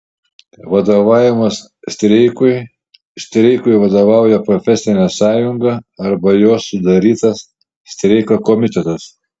vadovavimas streikui streikui vadovauja profesinė sąjunga arba jos sudarytas streiko komitetas